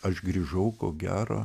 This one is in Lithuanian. aš grįžau ko gero